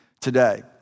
today